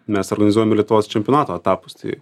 mes organizuojam lietuvos čempionato etapus tai